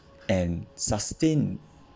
and sustain